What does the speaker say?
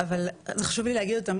אבל חשוב לי להגיד אותם